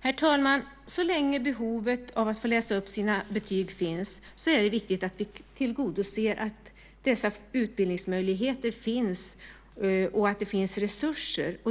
Herr talman! Så länge behovet av att få läsa upp sina betyg finns är det viktigt att vi tillser att dessa utbildningsmöjligheter finns och har resurser.